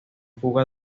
fuga